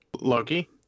Loki